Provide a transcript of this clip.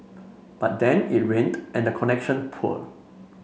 but then it rained and the connection poor